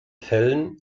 fällen